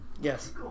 Yes